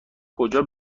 کجا